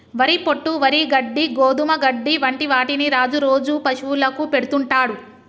వరి పొట్టు, వరి గడ్డి, గోధుమ గడ్డి వంటి వాటిని రాజు రోజు పశువులకు పెడుతుంటాడు